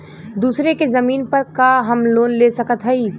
दूसरे के जमीन पर का हम लोन ले सकत हई?